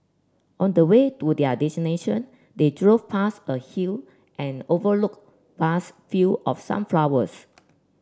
on the way to their destination they drove past a hill and overlooked vast field of sunflowers